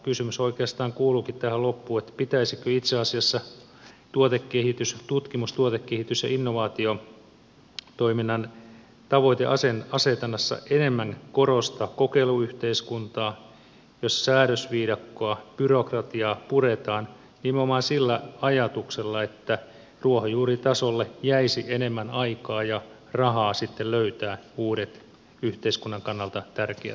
kysymys oikeastaan kuuluukin tähän loppuun pitäisikö itse asiassa tutkimus tuotekehitys ja innovaatiotoiminnan tavoiteasetannassa enemmän korostaa kokeiluyhteiskuntaa jossa säädösviidakkoa ja byrokratiaa puretaan nimenomaan sillä ajatuksella että ruohonjuuritasolle jäisi enemmän aikaa ja rahaa löytää uudet yhteiskunnan kannalta tärkeät innovaatiot